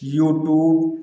YouTube